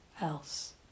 else